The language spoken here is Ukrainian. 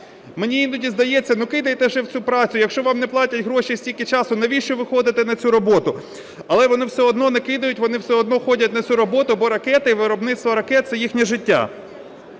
Мені іноді здається – ну кидайте ви вже цю працю, якщо вам не платять гроші стільки часу навіщо ви ходите на цю роботу? Але вони все одно не кидають, вони все одно ходять на цю роботу, бо ракети, виробництво ракет – це їхнє життя.